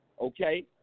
okay